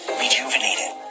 rejuvenated